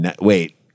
wait